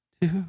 two